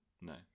No